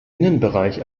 innenbereich